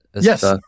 Yes